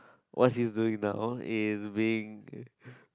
what he's doing now is being